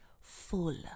full